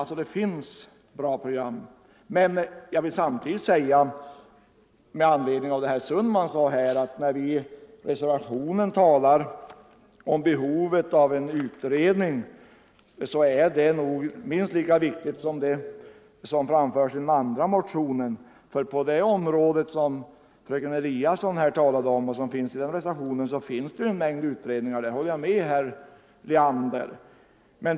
Det finns alltså bra program. Men jag vill samtidigt säga med anledning av vad herr Sundman sade, att när vi i reservationen talar om behovet av en utredning så är det minst lika viktigt som det som framförs i centerns reservation. På det område som fröken Eliasson talade om finns det en mängd utredningar. Det håller jag med herr Leander om.